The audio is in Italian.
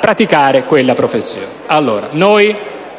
praticare una professione.